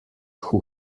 who